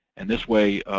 and this way